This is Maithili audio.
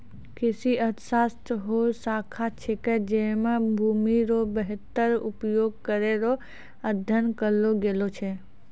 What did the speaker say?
कृषि अर्थशास्त्र हौ शाखा छिकै जैमे भूमि रो वेहतर उपयोग करै रो अध्ययन करलो गेलो छै